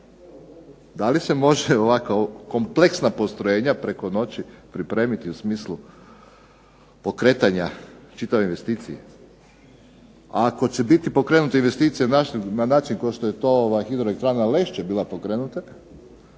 Da li se može ovako kompleksna postrojenja preko noći pripremiti u smislu pokretanja čitave investicije. Ako će biti pokrenuta investicija na način kao što je to Hidroelektrana Lešće bila pokrenuta